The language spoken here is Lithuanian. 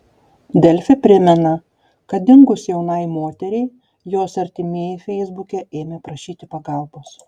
delfi primena kad dingus jaunai moteriai jos artimieji feisbuke ėmė prašyti pagalbos